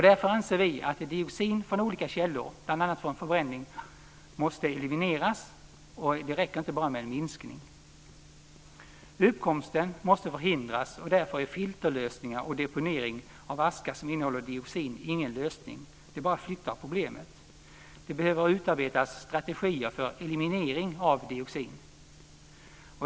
Därför anser vi att dioxiner från olika källor, bl.a. från förbränning, måste elimineras. Det räcker inte bara med en minskning. Uppkomsten måste förhindras, och därför är filterlösningar och deponering av aska som innehåller dioxin ingen lösning - det bara flyttar problemet. Det behöver utarbetas strategier för eliminering av dioxin.